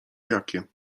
jakie